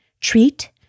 treat